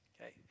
Okay